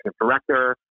director